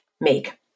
make